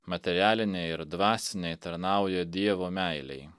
materialiniai ir dvasiniai tarnauja dievo meilei